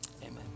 amen